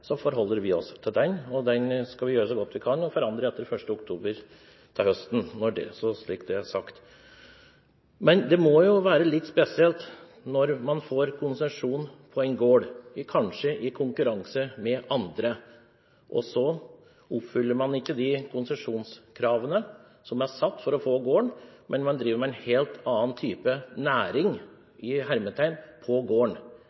forholder vi oss til den. Vi skal gjøre så godt vi kan for å forandre den etter 1. oktober, til høsten – slik at det er sagt. Men det må jo være litt spesielt når man får konsesjon på en gård, kanskje i konkurranse med andre, og så ikke oppfyller de konsesjonskravene som er satt for å få gården, men driver med en helt annen type «næring» på gården.